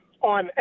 on